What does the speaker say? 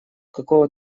какого